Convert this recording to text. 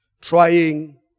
Trying